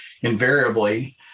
invariably